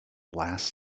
last